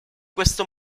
questo